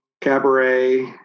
Cabaret